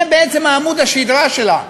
זה בעצם עמוד השדרה שלה,